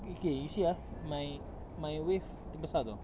okay okay you see ah my my wave besar tahu